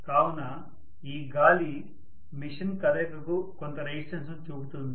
కావున ఈ గాలి మిషన్ కదలికకు కొంత రెసిస్టెన్స్ ను చూపుతుంది